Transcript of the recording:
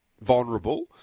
vulnerable